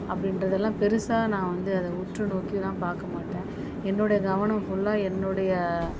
அப்படின்றதெல்லாம் பெருசா நான் வந்து அதை உற்றுநோக்கிலாம் பார்க்கமாட்டேன் என்னுடைய கவனம் ஃபுல்லாக என்னுடைய